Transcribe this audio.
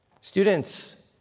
Students